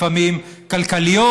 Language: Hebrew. לפעמים כלכליות,